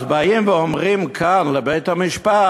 אז באים ואומרים לבית-המשפט: